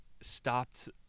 stopped